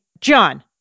John